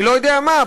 אני לא יודע מה,